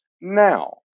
now